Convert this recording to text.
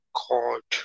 god